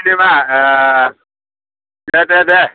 cinema ए दे दे दे